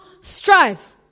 strive